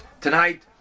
tonight